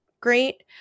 great